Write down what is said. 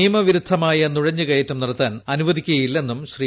നിയമവിരുദ്ധമായ നുഴഞ്ഞു കയറ്റം നടത്താൻ അനുവദിക്കുകയില്ലെന്ന് ശ്രീ